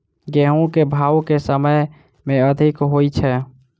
गेंहूँ केँ भाउ केँ समय मे अधिक होइ छै?